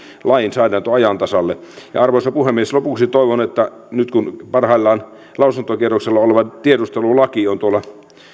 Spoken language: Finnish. lainsäädäntö ajan tasalle arvoisa puhemies lopuksi toivon kun parhaillaan lausuntokierroksella oleva tiedustelulaki on nyt tuolla